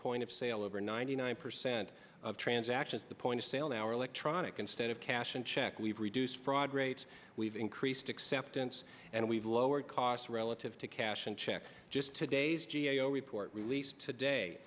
point of sale over ninety nine percent of transactions the point of sale now really tronic instead of cash and check we've reduced fraud rates we've increased acceptance and we've lowered costs relative to cash in check just today's g a o report released today